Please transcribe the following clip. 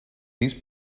these